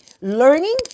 learning